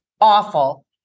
awful